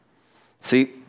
See